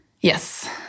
Yes